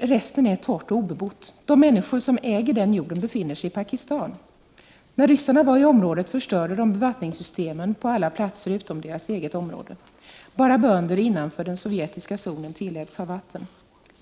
Resten är torrt och obebott land. De människor som äger den jorden befinner sig i Pakistan. När ryssarna var i området förstörde de bevattningssystemen på alla platser utom i sitt eget område. Endast bönder innanför den sovjetiska zonen tilläts ha vatten.